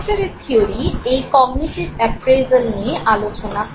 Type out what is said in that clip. স্ক্যাক্টারের theory নিয়ে আলোচনা করে